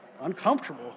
uncomfortable